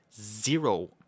zero